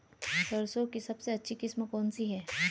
सरसों की सबसे अच्छी किस्म कौन सी है?